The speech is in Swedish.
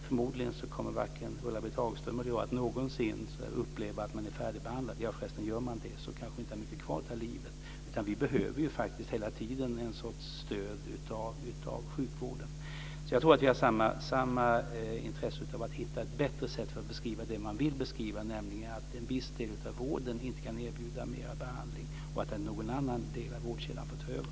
Förmodligen kommer varken Ulla-Britt Hagström eller jag någonsin uppleva att vi är färdigbehandlade - gör man det har man kanske inte mycket kvar av livet. Vi behöver hela tiden en sorts stöd av sjukvården. Jag tror att vi har samma intresse av att hitta ett bättre sätt att beskriva det som man vill beskriva, nämligen att en viss del av vården inte kan erbjuda mera behandling och att någon annan del av vårdkedjan då får ta över.